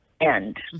end